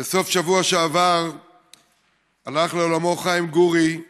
בסוף השבוע שעבר הלך לעולמו חיים גורי,